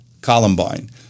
Columbine